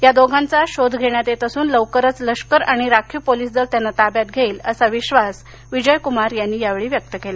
या दोघांचा शोध घेण्यात येत असून लवकरच लष्कर आणि राखीव पोलीस दल त्यांन ताब्यात घेईल असा विश्वास विजयकुमार यांनी व्यक्त केला